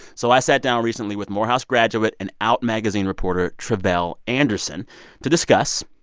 so i sat down recently with morehouse graduate and out magazine reporter tre'vell anderson to discuss.